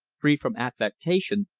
free from affectation,